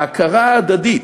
ההכרה ההדדית.